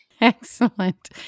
Excellent